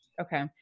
Okay